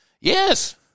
Yes